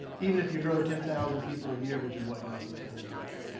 even if you grow ten thousand people a year, which is what johnson county will do.